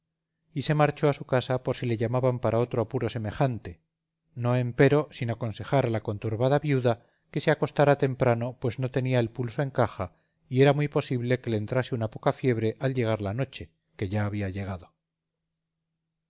y se marchó a su casa por si le llamaban para otro apuro semejante no empero sin aconsejar a la conturbada viuda que se acostara temprano pues no tenía el pulso en caja y era muy posible que le entrase una poca fiebre al llegar la noche que